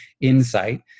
insight